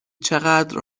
چقدر